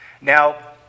Now